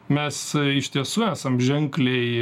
mes iš tiesų esam ženkliai